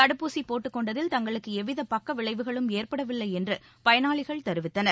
தடுப்பூசி போட்டுக்கொண்டதில் தங்களுக்கு எவ்வித பக்கவிளைவுகளும் ஏற்படவில்லை என்று பயனாளிகள் தெரிவித்தனர்